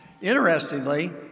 Interestingly